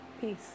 Peace